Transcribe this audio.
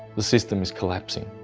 the system is collapsing.